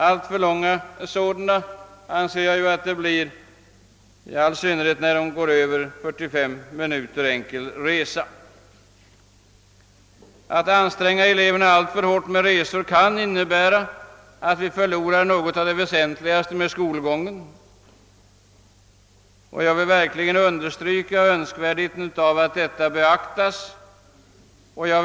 Enligt min mening är det för mycket när de tvingas till över 45 minuters enkel resa. Detta kan innebära att vi förlorar något av det väsentligaste med skolgången. Jag vill verkligen understryka önskvärdheten av att denna synpunkt beaktas.